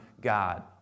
God